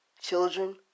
children